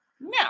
Now